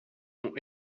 ont